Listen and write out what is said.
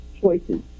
choices